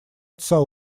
отца